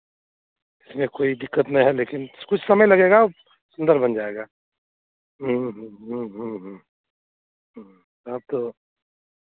उसमें कोई दिक्कत नहीं है लेकिन कुछ समय लगेगा सुंदर बन जाएगा ह्म्म ह्म्म ह्म्म ह्म्म ह्म्म अब तो